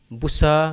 busa